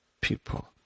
people